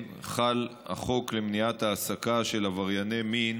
חל החוק למניעת העסקה של עברייני מין